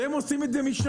הם עושים את זה שנים,